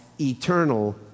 eternal